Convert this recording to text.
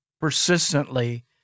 persistently